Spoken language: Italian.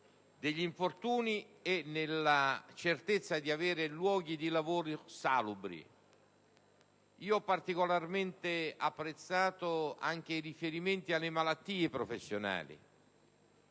agli infortuni e per la certezza di avere luoghi di lavoro salubri. Ho particolarmente apprezzato anche i riferimenti alle malattie professionali,